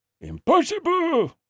Impossible